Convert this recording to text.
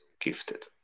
gifted